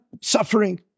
suffering